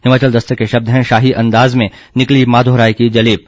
हिमाचल दस्तक के शब्द हैं शाही अंदाज में निकली माघोराय की जलेब